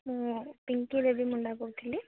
ମୁଁ ପିଙ୍କି ଦେବୀ ମୁଣ୍ଡା କହୁଥିଲି